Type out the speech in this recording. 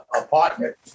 apartment